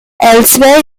elsewhere